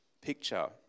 picture